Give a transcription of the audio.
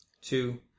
two